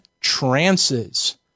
trances